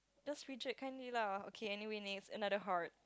just reject kindly lah okay anyway another heart